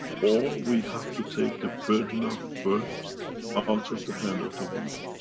or, we have to take the burden of birth out of the hand of the women.